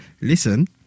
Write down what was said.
Listen